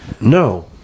No